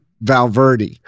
Valverde